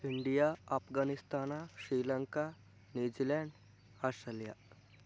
India Afghanistan Sri Lanka New Zealand Australia